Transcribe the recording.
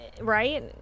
right